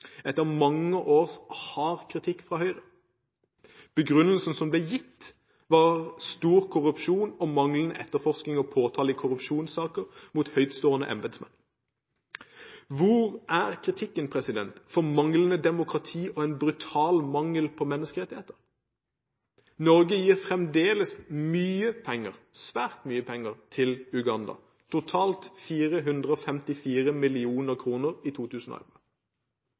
etter mange års hard kritikk fra Høyre. Begrunnelsen som ble gitt, var stor korrupsjon og manglende etterforskning og påtale i korrupsjonssaker mot høytstående embetsmenn. Hvor er kritikken for manglende demokrati og en brutal mangel på menneskerettigheter? Norge gir fremdeles mye penger, svært mye penger, til Uganda – totalt 454 mill. kr i 2011.